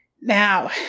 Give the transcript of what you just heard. now